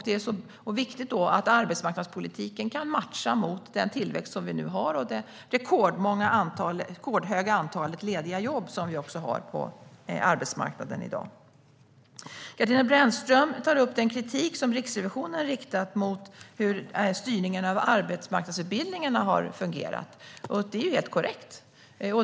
Det är viktigt att arbetsmarknadspolitiken kan matcha den tillväxt som vi nu har och det rekordstora antal lediga jobb som vi också har på arbetsmarknaden i dag. Katarina Brännström tar upp den kritik som Riksrevisionen har riktat mot hur styrningen av arbetsmarknadsutbildningen har fungerat. Det är helt korrekt.